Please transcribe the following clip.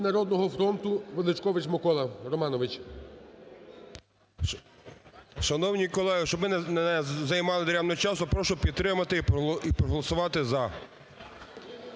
"Народного фронту" Величкович Микола Романович.